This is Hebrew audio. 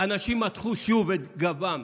אנשים מתחו שוב את גבם,